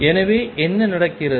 எனவே என்ன நடக்கிறது